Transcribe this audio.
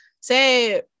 say